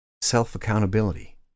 Self-accountability